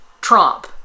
Trump